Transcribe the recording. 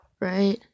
Right